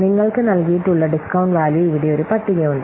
നിങ്ങൾക്ക് നൽകിയിട്ടുള്ള discount value ഇവിടെ ഒരു പട്ടികയുണ്ട്